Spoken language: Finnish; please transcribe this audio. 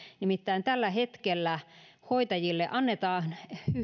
nimittäin tällä hetkellä hoitajille annetaan